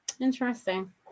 Interesting